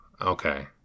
Okay